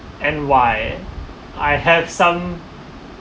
and why I have some